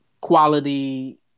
quality